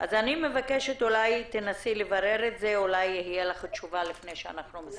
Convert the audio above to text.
אז אולי תנסי לברר את זה ואולי תהיה לך תשובה לפני שנסיים.